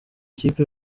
ikipe